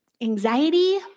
Anxiety